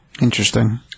Interesting